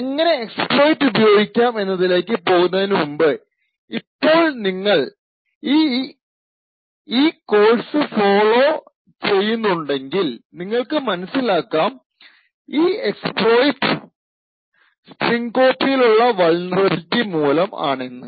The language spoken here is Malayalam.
എങ്ങനെ എക്സ്പ്ലോയ്ട് ഉപയോഗിക്കാം എന്നതിലേക്ക് പോകുന്നതിനു മുമ്പ് ഇപ്പോൾ നിങ്ങൾ ഈ കോഴ്സ് ഫോളോ ചെയ്യുന്നുണ്ടെങ്കിൽ നിങ്ങള്ക്ക് മനസ്സിലാക്കാം ഈ എക്സ്പ്ലോയ്ട് strcpy ലുള്ള വൾനറബിലിറ്റി മൂലം ആണെന്ന്